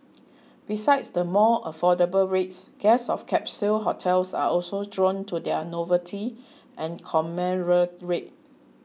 besides the more affordable rates guests of capsule hotels are also drawn to their novelty and camaraderie